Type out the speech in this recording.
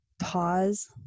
Pause